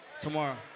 tomorrow